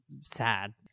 sad